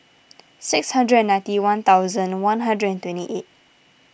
six hundred and ninety one thousand one hundred and twenty eight